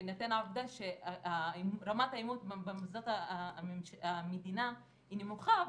בהינתן העובדה שרמת האמון במוסדות המדינה היא נמוכה,